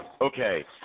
Okay